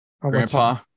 Grandpa